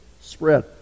spread